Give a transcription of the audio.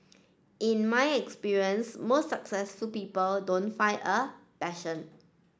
in my experience most successful people don't find a passion